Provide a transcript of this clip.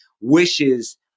wishes